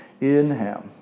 Inhale